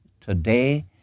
today